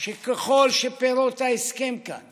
שככל שפירות ההסכם כאן